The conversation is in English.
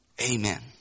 Amen